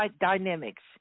dynamics